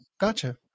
Gotcha